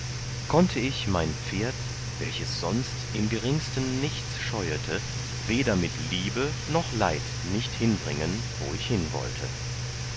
konnte ich mein pferd welches sonst im geringsten nichts scheuete weder mit liebe noch leid nicht hinbringen wo ich hin